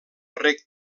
rec